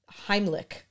Heimlich